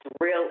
real